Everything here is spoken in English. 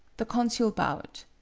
the consul bowed.